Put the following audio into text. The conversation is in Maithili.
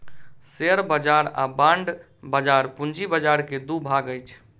शेयर बाजार आ बांड बाजार पूंजी बाजार के दू भाग अछि